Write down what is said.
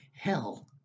hell